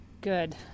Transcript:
Good